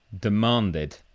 demanded